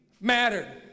mattered